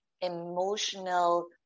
emotional